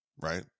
right